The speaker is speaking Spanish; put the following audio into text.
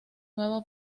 nuevo